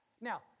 Now